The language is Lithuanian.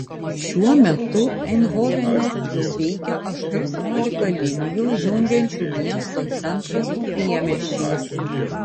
šiuo metu eindhovene jau veikia aštuoniolika linijų jungiančių miesto centrą su priemiesčiais